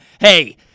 Hey